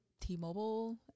T-Mobile